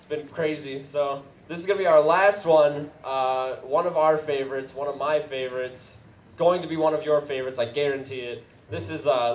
off been crazy so this is going to be our last one one of our favorites one of my favorites going to be one of your favorites i guarantee you this is